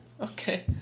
Okay